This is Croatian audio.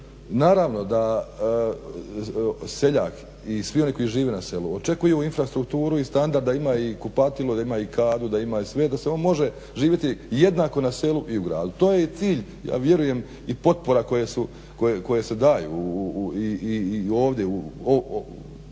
Naravno da seljak i svi oni koji žive na selu očekuju infrastrukturu i standard da ima i kupatilo, da ima i kadu, da ima i sve, da on može živjeti jednako na selu i u gradu. To je i cilj, ja vjerujem i potpora koje su, koje se daju i ovdje u ovoj